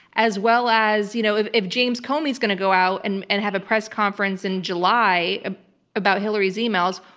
as well as, you know, if if james comey's going to go out and and have a press conference in july ah about hillary's emails,